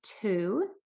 two